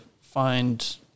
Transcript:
find